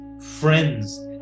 friends